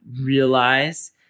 realize